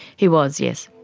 he was, yes.